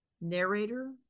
narrator